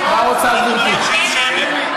שמית.